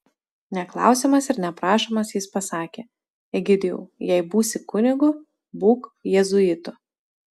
neklausiamas ir neprašomas jis pasakė egidijau jei būsi kunigu būk jėzuitu